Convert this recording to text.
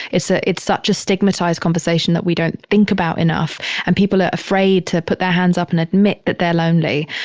it's, ah it's such a stigmatized conversation that we don't think about enough and people are afraid to put their hands up and admit that they're lonely.